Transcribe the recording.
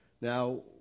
Now